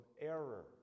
error